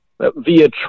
via